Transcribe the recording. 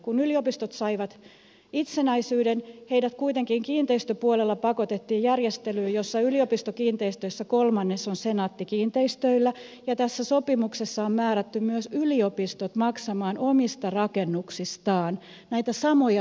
kun yliopistot saivat itsenäisyyden ne kuitenkin kiinteistöpuolella pakotettiin järjestelyyn jossa yliopistokiinteistöistä kolmannes on senaatti kiinteistöillä ja tässä sopimuksessa on määrätty myös yliopistot maksamaan omista rakennuksistaan näitä samoja tuottoprosentteja